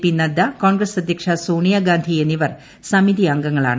P Nadda Congress അദ്ധ്യക്ഷ സോണിയാഗാന്ധി എന്നിവർ സമിതി അംഗങ്ങളാണ്